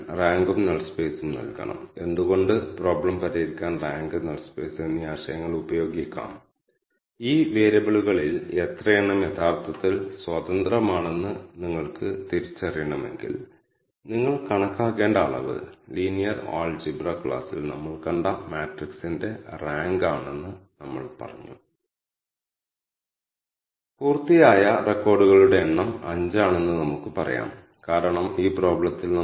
K means clustering algorithm പ്രാരംഭ cluster കേന്ദ്രങ്ങളെ ആശ്രയിച്ചിരിക്കുന്നു ഇവിടെ nstart എന്ന ഓപ്ഷൻ നിങ്ങളെ മോഡൽ കൊണ്ടുവരാൻ എത്ര സെറ്റ് വ്യത്യസ്ത ക്ലസ്റ്റർ സെന്ററുകൾ ഉപയോഗിക്കണമെന്ന് വ്യക്തമാക്കാൻ സഹായിക്കും